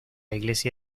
iglesia